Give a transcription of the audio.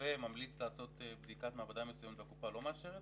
שרופא ממליץ לעשות בדיקת מעבדה מסוימת והקופה לא מאשרת?